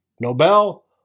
Nobel